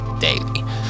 daily